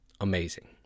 amazing